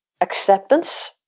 acceptance